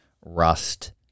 rust